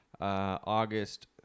August